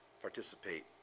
Participate